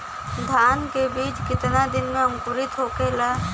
धान के बिज कितना दिन में अंकुरित होखेला?